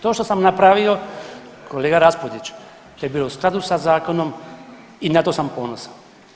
To što sam napravio, kolega Raspudić, to je bilo u skladu sa zakonom i na to sam ponosan.